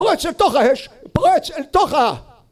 פרוץ אל תוך האש! פרוץ אל תוכה!